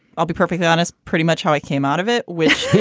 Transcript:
i'll be perfectly honest, pretty much how i came out of it with